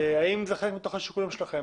האם זה חלק מתוך השיקולים שלכם,